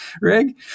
rig